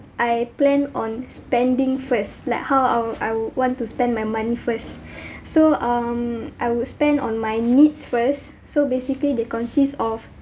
I plan on spending first like how I'll I would want to spend my money first so um I would spend on my needs first so basically they consist of